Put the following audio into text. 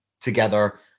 together